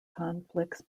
conflicts